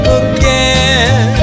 again